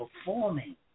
performing